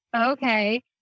Okay